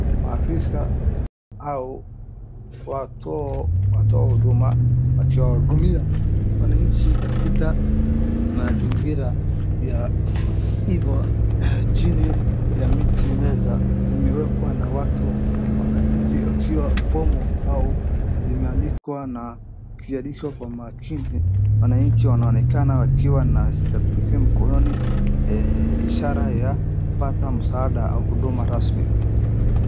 Maafisa au watoa huduma wakiwahudumia wananchi katika mazingia ya chini ya miti, meza zimewekwa na watu, wananchi wakiwa na fomu au imeandikwa na kuairishwa kwa makini. Wanachi wanaonekana wakiwa na stakabadhi mkononi ishara ya kupata msaada au huduma rasmi.